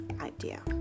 idea